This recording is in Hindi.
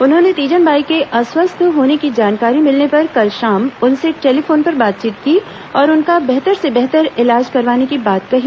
उन्होंने तीजन बाई के अस्वस्थ होने की जानकारी मिलने पर कल शाम उनसे टेलीफोन पर बातचीत की और उनका बेहतर से बेहतर इलाज करवाने की बात कही